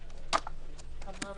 גמרת